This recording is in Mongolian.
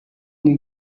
нэг